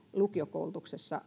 lukiokoulutuksessa